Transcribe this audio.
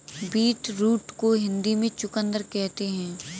beetroot को हिंदी में चुकंदर कहते हैं